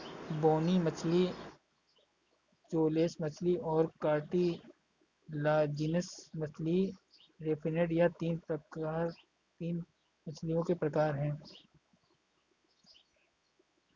बोनी मछली जौलेस मछली और कार्टिलाजिनस मछली रे फिनेड यह तीन मछलियों के प्रकार है